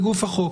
בגוף החוק.